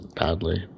badly